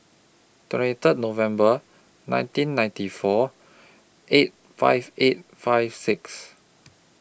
twenty Third November nineteen ninety four eight five eight five six